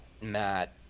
Matt